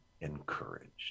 encouraged